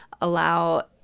allow